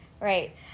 right